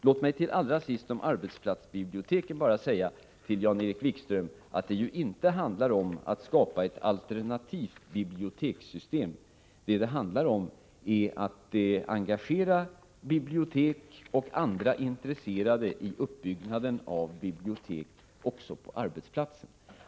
Låt mig allra sist när det gäller arbetsplatsbiblioteken bara säga till Jan-Erik Wikström att det inte handlar om att skapa ett alternativt bibliotekssystem, utan om att engagera bibliotek och andra intresserade i uppbyggnaden av bibliotek också på arbetsplatserna.